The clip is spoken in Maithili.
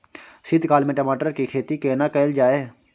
शीत काल में टमाटर के खेती केना कैल जाय?